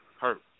Hurt